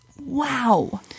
wow